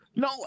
No